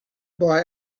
boy